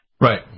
Right